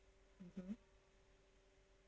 mmhmm